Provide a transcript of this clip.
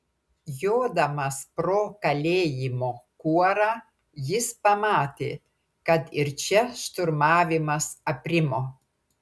jodamas pro kalėjimo kuorą jis pamatė kad ir čia šturmavimas aprimo